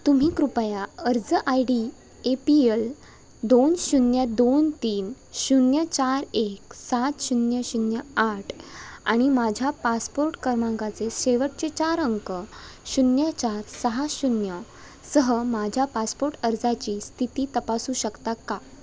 तुम्ही कृपया अर्ज I D A P L दोन शून्य दोन तीन शून्य चार एक सात शून्य शून्य आठ आणि माझ्या पासपोर्ट क्रमांकाचे शेवटचे चार अंक शून्य चार सहा शून्य सह माझ्या पासपोर्ट अर्जाची स्थिती तपासू शकता का